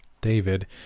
David